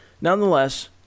nonetheless